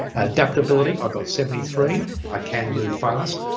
adaptability i've got seventy three i can move fast,